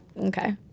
Okay